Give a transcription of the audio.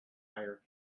higher